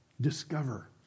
discover